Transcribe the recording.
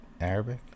Arabic